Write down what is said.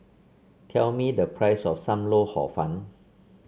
tell me the price of Sam Lau Hor Fun